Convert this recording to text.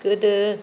गोदो